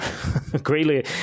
Greatly